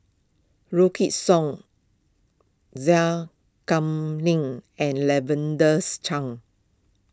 Wykidd Song Zai Kuning and Lavender's Chang